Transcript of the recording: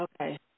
Okay